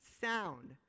sound